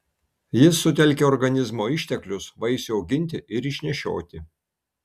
jis sutelkia organizmo išteklius vaisiui auginti ir išnešioti